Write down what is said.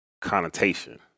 connotation